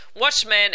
Watchmen